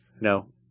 no